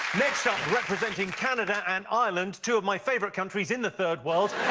next up, representing canada and ireland, two of my favourite countries in the third world,